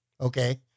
Okay